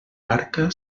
barca